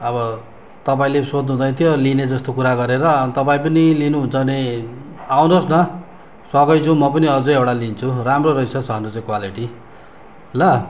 अब तपाईँले सोध्नुहुँदै थियो लिने जस्तो कुरा गरेर अँ तपाईँ पनि लिनुहुन्छ भने आउनु होस् न सँगै जाउँ म पनि अझै एउटा लिन्छु राम्रो रहेछ छनु चाहिँ क्वालिटी ल